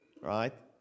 Right